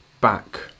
back